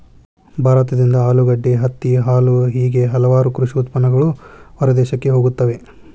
ಭಾರತದಿಂದ ಆಲೂಗಡ್ಡೆ, ಹತ್ತಿ, ಹಾಲು ಹೇಗೆ ಹಲವಾರು ಕೃಷಿ ಉತ್ಪನ್ನಗಳು ಹೊರದೇಶಕ್ಕೆ ಹೋಗುತ್ತವೆ